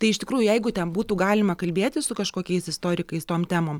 tai iš tikrųjų jeigu ten būtų galima kalbėti su kažkokiais istorikais tom temom